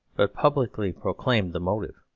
but publicly proclaimed the motive.